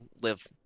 live